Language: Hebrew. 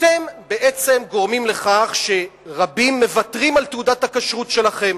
אתם בעצם גורמים לכך שרבים מוותרים על תעודת הכשרות שלכם,